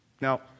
Now